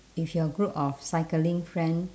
if your group of cycling friends